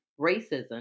racism